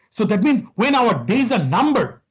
so that means when our days are numbered,